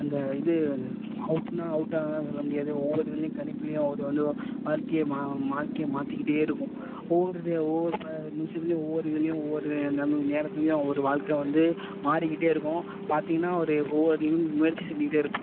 அந்த இது எது அவுட்டுன்னா அவுட்டாக சொல்ல முடியாது ஒவ்வொரு இதுலேயும் கணிப்பிலையும் அவர் வந்து வாழ்க்கையை மா மாழ்க்கைய மாற்றிக்கிட்டே இருக்கும் ஒவ்வொரு இது ஒவ்வொரு ப நிமிஷத்துலேயும் ஒவ்வொரு இதுலேயும் ஒவ்வொரு நமக்கு நேரத்துலேயும் அவரு வாழ்க்கை வந்து மாறிக்கிட்டே இருக்கும் பார்த்தீங்கன்னா ஒரு ஒவ்வொருதிலையும் முயற்சி செஞ்சிக்கிட்டே இருப்பார்